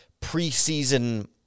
preseason